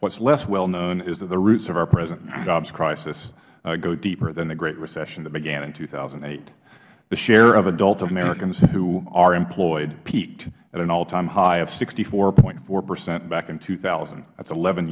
what is less well known is the roots of our present jobs crisis go deeper than the great recession that began in two thousand and eight the share of adult americans who are employed peaked at an all time high of sixty four point four percent back in two thousand eleven